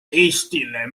eestile